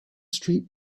street